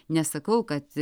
nesakau kad